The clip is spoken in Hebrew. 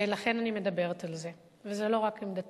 ולכן אני מדברת על זה, וזו לא רק עמדתךְ.